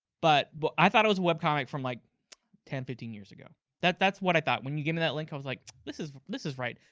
but but i thought it was a web comic from like ten, fifteen years ago. that's what i thought when you gave me that link, i was like, this is this is right.